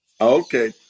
Okay